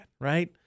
right